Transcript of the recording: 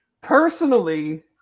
Personally